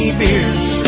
beers